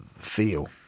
feel